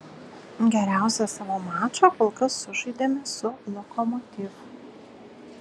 geriausią savo mačą kol kas sužaidėme su lokomotiv